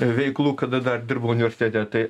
veiklų kada dar dirbau universitete tai